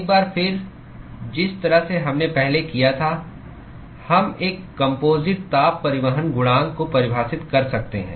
एक बार फिर जिस तरह से हमने पहले किया था हम एक कम्पोजिट ताप परिवहन गुणांक को परिभाषित कर सकते हैं